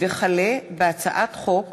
הצעת חוק